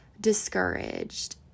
discouraged